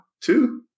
two